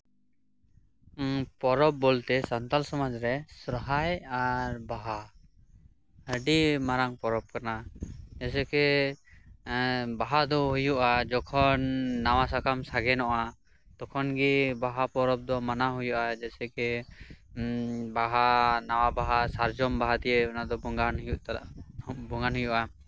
ᱯᱚᱨᱚᱵᱽ ᱵᱚᱞᱛᱮ ᱥᱟᱱᱛᱟᱲ ᱥᱚᱢᱟᱡᱽ ᱨᱮ ᱥᱚᱨᱦᱟᱭ ᱟᱨ ᱵᱟᱦᱟ ᱟᱹᱰᱤ ᱢᱟᱨᱟᱝ ᱯᱚᱨᱚᱵᱽ ᱠᱟᱱᱟ ᱡᱮᱭᱥᱮ ᱠᱤ ᱵᱟᱦᱟ ᱫᱚ ᱦᱩᱭᱩᱜᱼᱟ ᱡᱚᱠᱷᱚᱱ ᱱᱟᱣᱟ ᱥᱟᱠᱟᱢ ᱥᱟᱜᱮᱱᱚᱜᱼᱟ ᱛᱚᱠᱷᱚᱱ ᱜᱮ ᱵᱟᱦᱟ ᱯᱚᱨᱚᱵᱽ ᱫᱚ ᱢᱟᱱᱟᱣ ᱦᱩᱭᱩᱜᱼᱟ ᱡᱮᱭᱥᱮ ᱠᱤ ᱱᱟᱣᱟ ᱵᱟᱦᱟ ᱥᱟᱨᱡᱚᱢ ᱵᱟᱦᱟ ᱛᱮ ᱚᱱᱟ ᱫᱚ ᱵᱚᱸᱜᱟ ᱦᱩᱭᱩᱜᱼᱟ